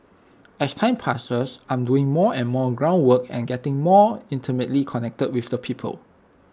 as time passes I'm doing more and more ground work and getting more intimately connected with the people